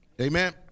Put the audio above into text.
Amen